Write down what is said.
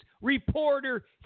reporter